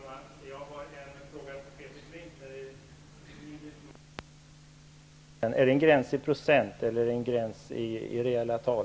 Herr talman! Jag har en fråga till Per Kling, som förut talade om en gräns. Är det en gräns i procent eller en gräns i reella tal?